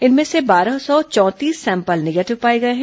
इनमें से बारह सौ चौंतीस सैंपल निगेटिव पाए गए हैं